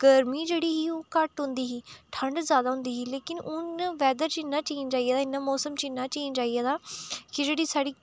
गरमी जेह्ड़ी ही ओह् घट्ट होंदी ही ठंड जादा होंदी ही लेकिन हून वेदर च इ'न्ना चेंज आई दा मौसम च इ'न्ना चेंज़ आई दा की जेह्ड़ी साढ़ी